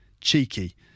Cheeky